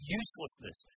uselessness